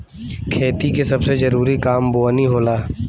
खेती के सबसे जरूरी काम बोअनी होला